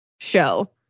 show